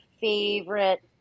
favorite